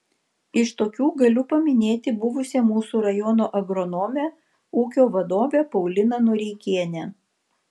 iš tokių galiu paminėti buvusią mūsų rajono agronomę ūkio vadovę pauliną noreikienę